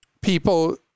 people